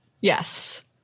Yes